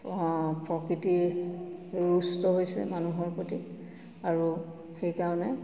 প্ৰকৃতি ৰুষ্ট হৈছে মানুহৰ প্ৰতি আৰু সেইকাৰণে